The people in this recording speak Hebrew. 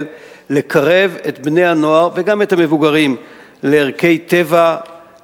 לקרב את בני הנוער וגם את המבוגרים לערכי טבע,